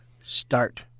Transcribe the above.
start